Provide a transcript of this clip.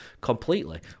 completely